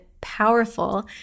Powerful